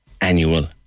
annual